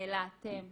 אלא אתם,